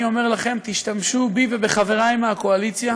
אני אומר לכם: תשתמשו בי ובחברי מהקואליציה,